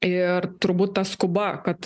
ir turbūt tas skuba kad